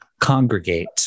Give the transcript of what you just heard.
congregate